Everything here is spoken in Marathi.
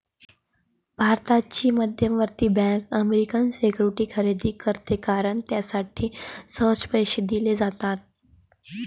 भारताची मध्यवर्ती बँक अमेरिकन सिक्युरिटीज खरेदी करते कारण त्यासाठी सहज पैसे दिले जातात